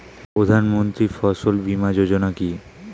প্রধানমন্ত্রী ফসল বীমা যোজনা কি?